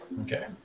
Okay